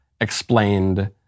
explained